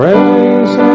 Praise